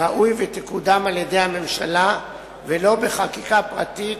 ראוי שתקודם על-ידי הממשלה ולא בחקיקה פרטית,